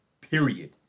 period